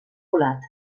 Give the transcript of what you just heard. volat